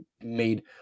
made